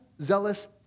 zealous